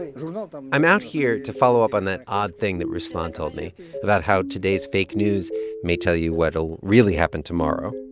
you know um i'm out here to follow up on that odd thing that ruslan told me about, how today's fake news may tell you what'll really happen tomorrow.